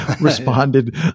responded